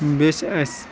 بیٚیہِ چھِ اَسہِ